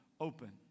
open